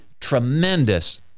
tremendous